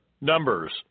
Numbers